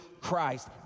Christ